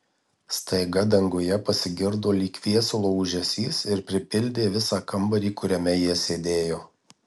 staiga danguje pasigirdo lyg viesulo ūžesys ir pripildė visą kambarį kuriame jie sėdėjo